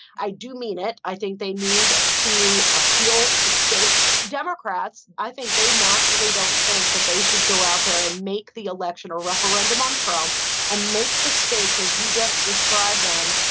i do mean it. i think they need to appeal to steak's democrats. i think they naturally don't think that they should go out there and make the election a referendum on trump and make the stakes as you just described them.